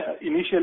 initially